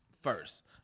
first